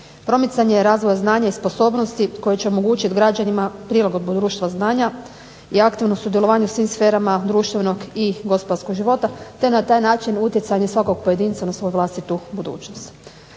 Promicanje razvoja znanja i sposobnosti koje će omogućiti građanima prilagodbu društvu znanja i aktivno sudjelovanje u svim sferama društvenog i gospodarskog života, te na taj način utjecanje svakog pojedinca na svoju vlastitu budućnost.